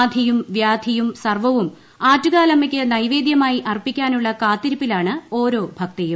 ആധിിയും ്വ്യാധിയും സർവ്വവും ആറ്റുകാലമ്മയ്ക്ക് നൈവേദൃമായി അർപ്പിക്കാനുള്ള കാത്തിരിപ്പിലാണ് ഓരോ ഭക്തയും